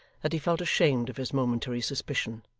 that he felt ashamed of his momentary suspicion,